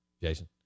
Jason